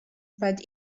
but